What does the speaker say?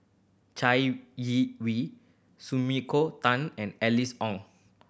Chai Yee Wei Sumiko Tan and Alice Ong